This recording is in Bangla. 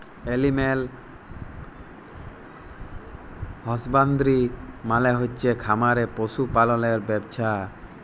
এলিম্যাল হসবান্দ্রি মালে হচ্ছে খামারে পশু পাললের ব্যবছা